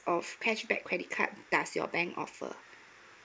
of cashback credit card does your bank offer